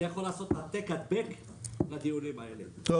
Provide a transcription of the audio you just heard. אני יכול לעשות העתק-הדבק לדיונים האלה,